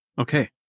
Okay